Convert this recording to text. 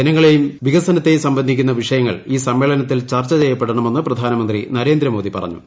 ജനങ്ങളെയും വികസനത്തേയും സംബന്ധിക്കുന്ന വിഷയങ്ങൾ ഈ സമ്മേളനത്തിൽ ചർച്ച ചെയ്യപ്പെട്ണമെന്ന് പ്രധാനമന്ത്രി നരേന്ദ്രമോദി പറഞ്ഞു